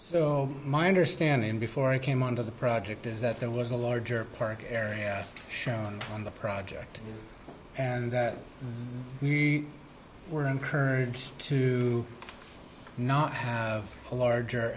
so my understanding before i came on to the project is that there was a larger park area shown on the project and that we were encouraged to not have a larger